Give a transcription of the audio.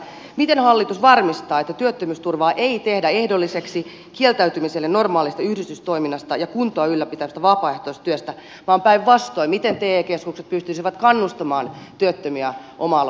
miten hallitus varmistaa että työttömyysturvaa ei tehdä ehdolliseksi kieltäytymiselle normaalista yhdistystoiminnasta ja kuntoa ylläpitävästä vapaaehtoistyöstä vaan päinvastoin miten te keskukset pystyisivät kannustamaan työttömiä oma aloitteiseen aktiivisuuteen